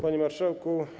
Panie Marszałku!